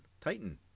Titan